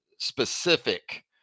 specific